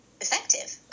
effective